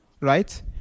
right